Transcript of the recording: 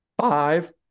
Five